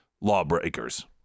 lawbreakers